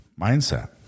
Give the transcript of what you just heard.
mindset